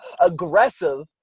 aggressive